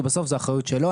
כי בסוף זו אחריות שלו.